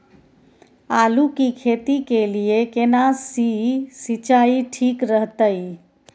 आलू की खेती के लिये केना सी सिंचाई ठीक रहतै?